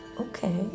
Okay